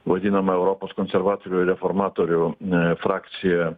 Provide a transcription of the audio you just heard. vadinama europos konservatorių reformatorių frakcija